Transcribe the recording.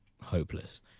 hopeless